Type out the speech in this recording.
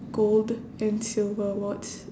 gold and silver awards